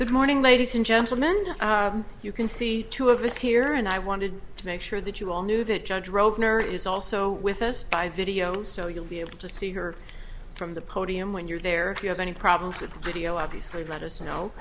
good morning ladies and gentlemen you can see two of us here and i wanted to make sure that you all knew that judge rove is also with us by video so you'll be able to see her from the podium when you're there you have any problems with video obviously let us know